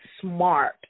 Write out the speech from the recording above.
smart